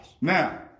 Now